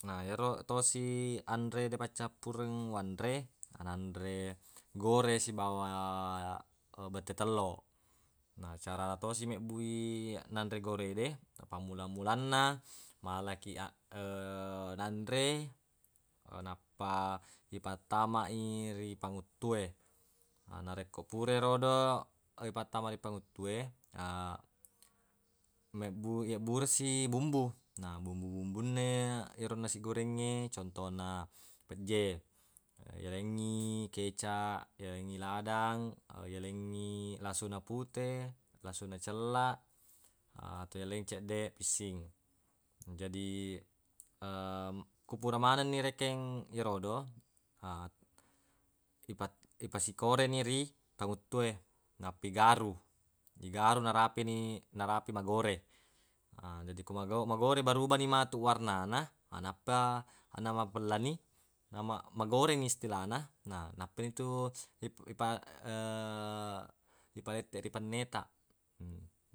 Na yero tosi anre de paccappureng wanre nanre gore sibawa bette tello na carana tosi mebbui nanre gore de pammula-mulanna malakiq nanre nappa ipattamai ri panguttue narekko pura erodo ipattama ri panguttue mebbu- yebbureng si bumbu na bumbu-bumbunna ero nasi gorengnge contona pejje yalengngi keca yalengngi ladang yalengngi lasuna pute lasuna cella atau yalengngi ceddeq fissing jadi ko pura manenni rekeng yerodo ipat- ipasikoreni ri panguttue nappa igaru igaru narapini narapi magore na jadi ko mago- magore berubani matu warnana nappa namapellani nama- magoreni istilana na nappanitu ipa- ipaletteq ri penne taq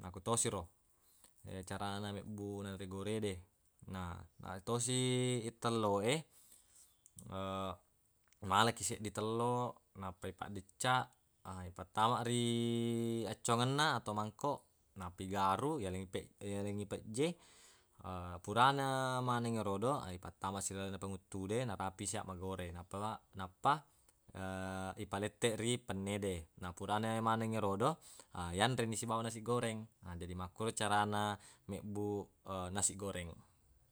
makkutosi ro carana mebbu nanre gore de na yatosi ittelloe malakiq seddi tello nappa ipaddeccaq ipattama ri accuangenna atau mangkoq nappa igaru iyaleng pe- yaleng pejje purana maneng yerodo ipattamasi lalenna panguttu de narapi sia magore nappa nappa ipaletteq ri penne de na purana maneng erodo yanreni sibawa nasi goreng jadi makkoro carana mebbu nasi goreng